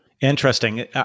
Interesting